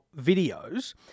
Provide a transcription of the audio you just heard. videos